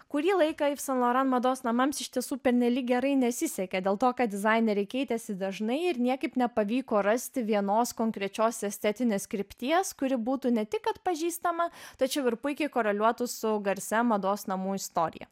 kurį laiką iv san loran mados namams iš tiesų pernelyg gerai nesisekė dėl to kad dizaineriai keitėsi dažnai ir niekaip nepavyko rasti vienos konkrečios estetinės krypties kuri būtų ne tik atpažįstama tačiau ir puikiai koreliuotų su garsia mados namų istorija